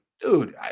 Dude